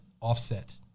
Offset